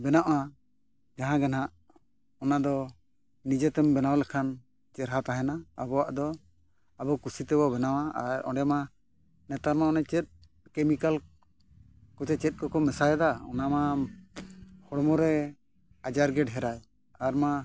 ᱵᱮᱱᱟᱜᱼᱟ ᱡᱟᱦᱟᱸ ᱜᱮ ᱱᱟᱦᱟᱜ ᱚᱱᱟ ᱫᱚ ᱱᱤᱡᱮᱛᱮᱢ ᱵᱮᱱᱟᱣ ᱞᱮᱠᱷᱟᱱ ᱪᱮᱨᱦᱟ ᱛᱟᱦᱮᱱᱟ ᱟᱵᱚᱣᱟᱜ ᱫᱚ ᱟᱵᱚ ᱠᱩᱥᱤ ᱛᱮᱵᱚ ᱵᱮᱱᱟᱣᱟ ᱟᱨ ᱚᱸᱰᱮᱢᱟ ᱱᱮᱛᱟᱨᱢᱟ ᱚᱱᱮ ᱪᱮᱫ ᱠᱮᱢᱤᱠᱮᱞ ᱠᱚ ᱥᱮ ᱪᱮᱫ ᱠᱚᱠᱚ ᱢᱮᱥᱟᱭᱮᱫᱼᱟ ᱚᱱᱟ ᱢᱟ ᱦᱚᱲᱢᱚ ᱨᱮ ᱟᱡᱟᱨ ᱜᱮ ᱰᱷᱮᱨᱟᱭ ᱟᱨ ᱢᱟ